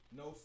no